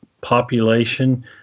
population –